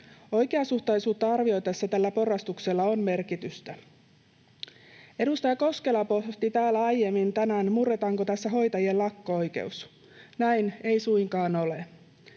Oikeasuhtaisuutta arvioitaessa tällä porrastuksella on merkitystä. Edustaja Koskela pohti täällä aiemmin tänään, murretaanko tässä hoitajien lakko-oikeus. Näin ei suinkaan ole.